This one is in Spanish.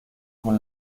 con